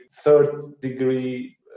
third-degree